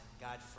God